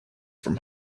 from